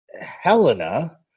Helena